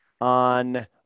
on